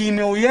כי היא מאוימת,